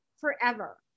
forever